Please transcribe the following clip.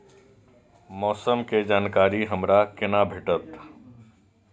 मौसम के जानकारी हमरा केना भेटैत?